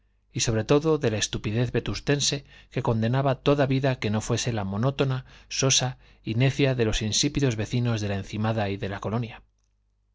y sobre todo de la estupidez vetustense que condenaba toda vida que no fuese la monótona sosa y necia de los insípidos vecinos de la encimada y la colonia